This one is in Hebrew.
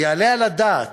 ויעלה על הדעת,